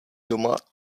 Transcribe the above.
doma